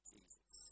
Jesus